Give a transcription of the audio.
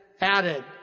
added